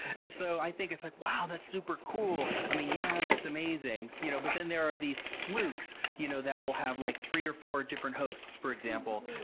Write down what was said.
and so i think it's like, wow, that's super cool! i mean, yeah, that's amazing, you know but then there are these flukes you know that we'll have, like three or four different hosts, for example.